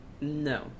No